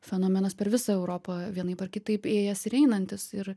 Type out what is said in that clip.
fenomenas per visą europą vienaip ar kitaip ėjęs ir einantis ir